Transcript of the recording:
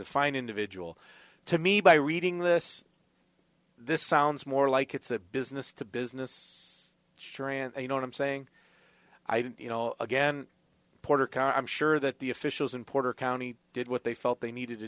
a fine individual to me by reading this this sounds more like it's a business to business sure you know what i'm saying i don't you know again porter carr i'm sure that the officials in puerto county did what they felt they needed to